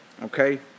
Okay